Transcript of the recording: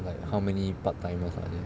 like how many part timers are there